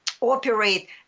operate